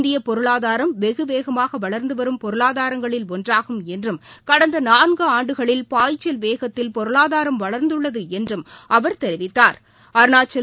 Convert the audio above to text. இந்தியபொருளாதாரம் வெகுவேகமாகவளா்ந்துவரும் பொருளாதாரங்களில் ஒன்றாகும் என்றும் கடந்தநான்குஆண்டுகளில் பாய்ச்சல் வேகத்தில் பொருளாதாரம் வளா்ந்துள்ளதுஎன்றும் அவா் தெரிவித்தாா்